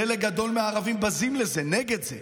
חלק גדול מהערבים בזים לזה, נגד זה.